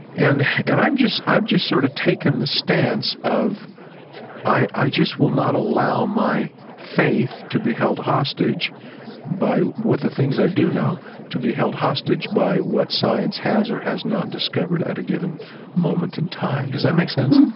and, and i'm just, i'm just sort of taking the stance of i, i just will not allow my faith to be held hostage by what the things i do know to be held hostage by what science has or has not discovered at a given moment in time. does that make sense?